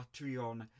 patreon